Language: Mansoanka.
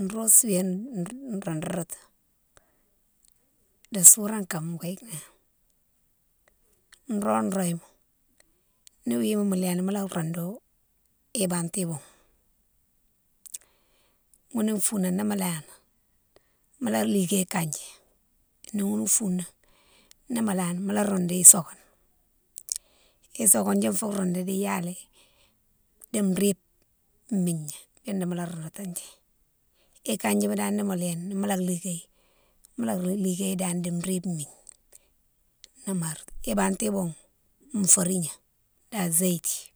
Nro souwéne nro roudoutou, di sourone kane go yike nani, nro roye ma, ni wima mo léni mola roudou ibanti boughe, ghounne founan ni mo léni mola ligué ikandji, ni ghounne founan ni mo leni mola roudou sokone, sokone fou roudou di fou roudou di yal, di ripe migna younné mo roudoutidji, ikandjima dane nimo léni, ni molo liguéghi, mola liguighi dane di ripe migne na mar. Ibanti boughe, forigna da géti